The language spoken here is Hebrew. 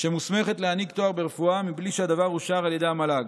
שמוסמכת להעניק תואר ברפואה מבלי שהדבר אושר על ידי המל"ג.